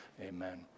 Amen